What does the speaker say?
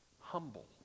humble